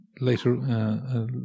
Later